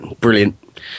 Brilliant